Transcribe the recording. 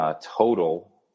total